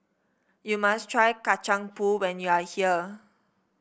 you must try Kacang Pool when you are here